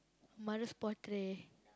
mother's portrait